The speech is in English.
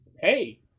hey